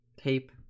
tape